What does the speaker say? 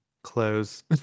close